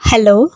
Hello